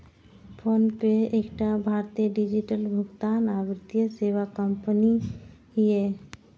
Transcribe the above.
PhonePe एकटा भारतीय digital भुगतान आ वित्तीय सेवा कंपनी छियै